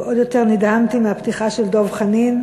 ועוד יותר נדהמתי מהפתיחה של דב חנין.